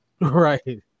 Right